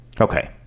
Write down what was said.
okay